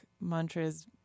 mantras